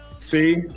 See